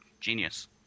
genius